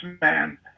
man